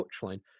touchline